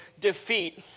defeat